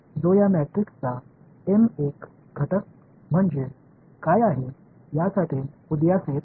இந்த மேட்ரிக்ஸின் m n உறுப்பு என்ன என்பதற்கு மிக நல்ல பொது முறை உருவாகி வருவதை நீங்கள் காணலாம்